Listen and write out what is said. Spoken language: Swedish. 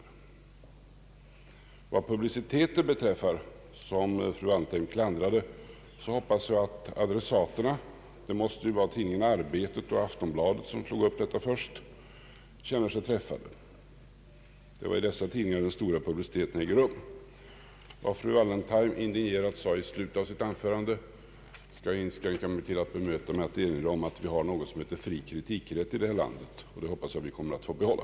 Vad angår publiciteten, som fru Wallentheim klandrade, hoppas jag att adressaterna — det måste vara tidningarna Arbetet och Aftonbladet, ty de tog upp detta först — känner sig träffade. Det var i dessa tidningar den stora publiciteten ägde rum. Vad fru Wallentheim indignerat sade i slutet av sitt anförande skall jag inskränka mig till att bemöta med att erinra om att vi har något som heter fri kritikrätt här i landet, och den hoppas jag vi kommer att få behålla.